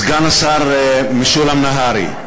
סגן השר משולם נהרי,